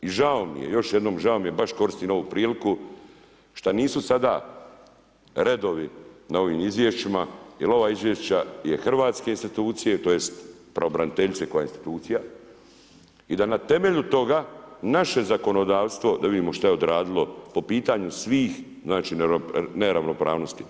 I žao mi je još jednom žao mi je baš koristim ovu priliku šta nisu sada redovi na ovim izvješćima jel ova izvješća je hrvatske institucije tj. pravobraniteljice koja je institucija i da na temelju toga naše zakonodavstvo da vidimo šta je odradilo po pitanju svih neravnopravnosti.